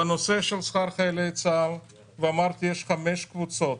בנושא של שכר חיילי צה"ל אמרתי, יש חמש קבוצות